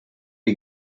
die